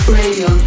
radio